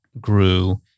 grew